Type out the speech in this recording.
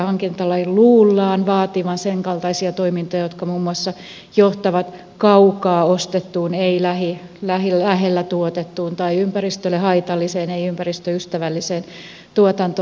hankintalain luullaan vaativan sen kaltaisia toimintoja jotka muun muassa johtavat kaukaa ostettuun ei lähellä tuotettuun tai ympäristölle haitalliseen ei ympäristöystävälliseen tuotantoon